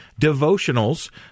devotionals